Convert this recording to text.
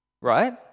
right